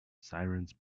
sirens